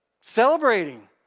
celebrating